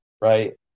right